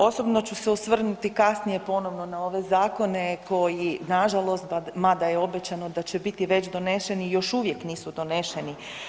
Osobno ću se osvrnuti kasnije ponovno na ove zakone koji nažalost, mada je obećano, da će biti već donešeni, još uvijek nisu donešeni.